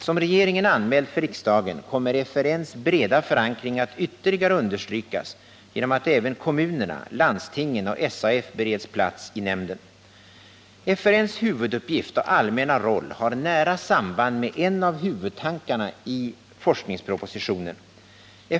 Som regeringen anmält för riksdagen kommer FRN:s breda förankring att ytterligare understrykas genom att även kommunerna, landstingen och SAF bereds plats i nämnden. FRN:s huvuduppgift och allmänna roll har nära samband med en av huvudtankarna i forskningspropositionen.